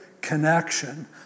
connection